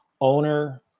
owner